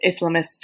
Islamist